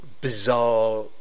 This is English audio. bizarre